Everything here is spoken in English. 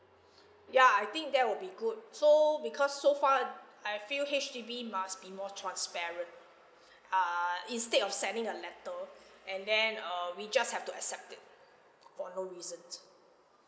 ya I think that would be good so because so far I feel H_D_B must be more transparent err instead of sending a letter and then uh we just have to accept it for no reasons